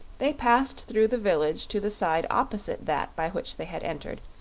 they passed through the village to the side opposite that by which they had entered,